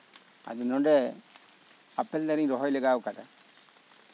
ᱱᱚᱰᱮ ᱟᱯᱮᱞ ᱫᱟᱨᱮᱧ ᱨᱚᱦᱚᱭ ᱞᱟᱜᱟ ᱟᱠᱟᱫᱟ